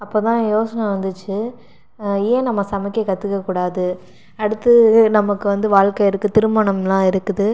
அப்போ தான் யோசனை வந்துச்சு ஏன் நம்ம சமைக்க கற்றுக்க கூடாது அடுத்து நமக்கு வந்து வாழ்க்கை இருக்குது திருமணமெலாம் இருக்குது